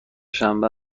شنبه